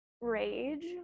rage